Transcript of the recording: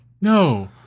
no